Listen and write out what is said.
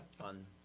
On